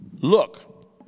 Look